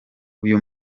uyu